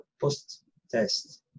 post-test